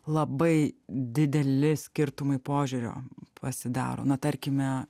labai dideli skirtumai požiūrio pasidaro na tarkime